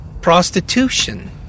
Prostitution